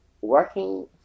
Working